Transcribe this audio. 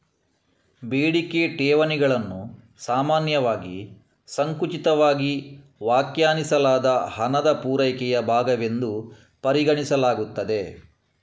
ಬೇಡಿಕೆ ಠೇವಣಿಗಳನ್ನು ಸಾಮಾನ್ಯವಾಗಿ ಸಂಕುಚಿತವಾಗಿ ವ್ಯಾಖ್ಯಾನಿಸಲಾದ ಹಣದ ಪೂರೈಕೆಯ ಭಾಗವೆಂದು ಪರಿಗಣಿಸಲಾಗುತ್ತದೆ